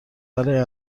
برای